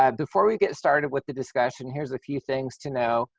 um before we get started with the discussion, here's a few things to know.